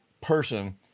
person